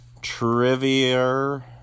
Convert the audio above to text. trivia